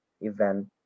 event